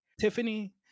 Tiffany